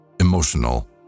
emotional